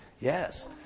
Yes